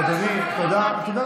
אדוני, תודה.